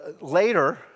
later